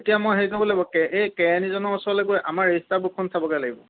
এতিয়া মই হেৰিত যাব লাগিব এই সেই কেৰানিজনৰ ওচৰলৈ গৈ আমাৰ সেই ৰেজিষ্টাৰ বুকখন চাবগৈ লাগিব